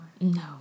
No